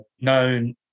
known